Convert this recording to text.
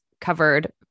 covered